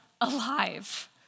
alive